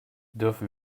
dürfen